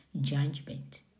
judgment